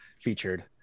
featured